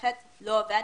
שהפורטל לא עובד.